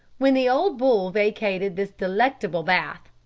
when the old bull vacated this delectable bath,